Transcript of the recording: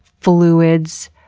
fluids.